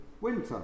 winter